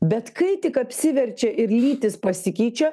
bet kai tik apsiverčia ir lytys pasikeičia